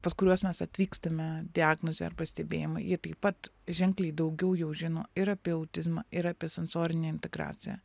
pas kuriuos mes atvykstame diagnozei arba stebėjimui jie taip pat ženkliai daugiau jau žino ir apie autizmą ir apie sensorinę integraciją